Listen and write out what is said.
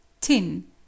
Tin